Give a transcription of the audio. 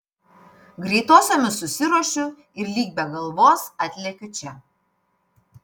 greitosiomis susiruošiu ir lyg be galvos atlekiu čia